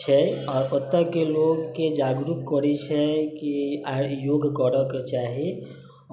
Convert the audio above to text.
छै आओर ओतऽके लोकके जागरूक करै छै कि योग करऽके चाही